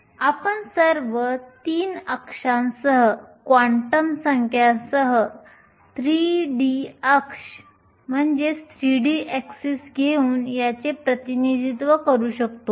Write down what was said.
आपण सर्व 3 अक्षांसह क्वांटम संख्यांसह 3D अक्ष 3D ऍक्सिस घेऊन याचे प्रतिनिधित्व करू शकतो